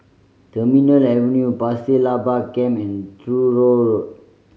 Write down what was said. Terminal Avenue Pasir Laba Camp and Truro Road